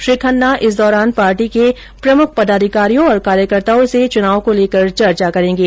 श्री खन्ना इस दौरान पार्टी के प्रमुख पदाधिकारियों और कार्यकर्ताओं से चुनाव को लेकर चर्चा करेंगे